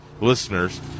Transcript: listeners